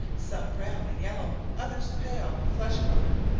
some brown and yellow, others pale flesh-coloured,